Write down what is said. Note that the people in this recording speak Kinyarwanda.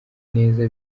neza